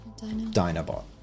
Dinobot